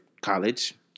college